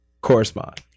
Correspond